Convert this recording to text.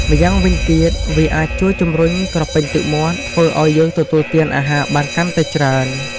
ម្យ៉ាងវិញទៀត វាអាចជួយជំរុញក្រពេញទឹកមាត់ ធ្វើឱ្យយើងទទួលទានអាហារបានកាន់តែច្រើន ។